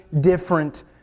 different